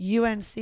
UNC